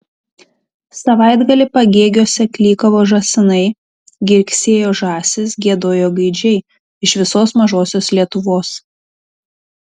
savaitgalį pagėgiuose klykavo žąsinai girgsėjo žąsys giedojo gaidžiai iš visos mažosios lietuvos